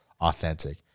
authentic